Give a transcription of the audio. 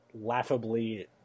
laughably